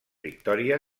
victòria